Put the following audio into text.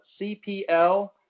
CPL